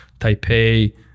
Taipei